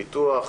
ביטוח.